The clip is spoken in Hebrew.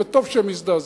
וטוב שהם מזדעזעים,